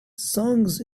songs